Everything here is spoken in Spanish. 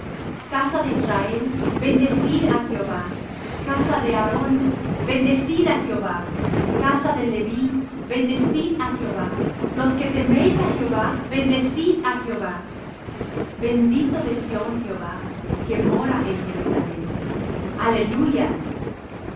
casa de israel bendecid á jehová casa de aarón bendecid á jehová casa de leví bendecid á jehová los que teméis á jehová bendecid á jehová bendito de sión jehová que mora en jerusalem aleluya